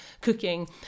cooking